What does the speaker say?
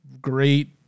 Great